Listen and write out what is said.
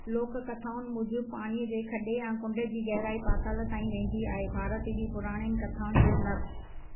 लोक कथाउनि मूजिबि पाणीअ जे खॾे या कुंड जी गहराई पाताल ताईं वेंदी आहे भारत जी पुराणनि कथाउनि जो नर्क